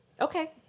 Okay